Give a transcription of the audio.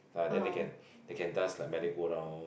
ah then they can they can dance like merry go round